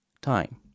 Time